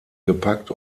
gepackt